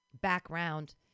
background